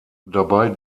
dabei